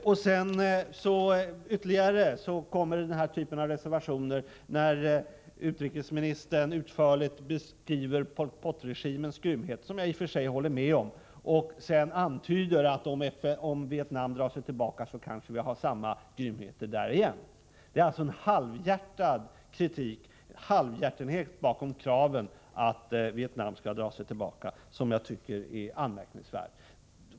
Denna typ av reservationer förekommer också när utrikesministern utförligt beskriver Pol Pot-regimens grymhet — en beskrivning som jag i och för sig håller med om — och sedan antyder att om Vietnam drar sig tillbaka så har vi kanske samma grymheter där igen. Det är alltså ett halvhjärtat instämmande i kraven på att Vietnam skall dra sig tillbaka som jag tycker är anmärkningsvärt.